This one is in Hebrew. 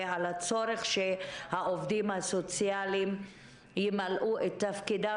ועל הצורך שהעובדים הסוציאליים ימלאו את תפקידם